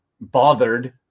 bothered